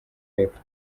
y’epfo